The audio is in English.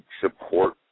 support